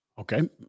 Okay